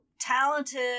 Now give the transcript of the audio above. talented